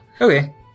Okay